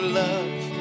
love